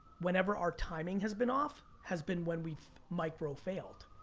whenever our timing has been off, has been when we micro failed.